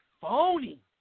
phony